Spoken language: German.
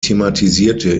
thematisierte